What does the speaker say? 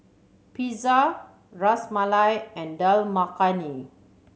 Pizza Ras Malai and Dal Makhani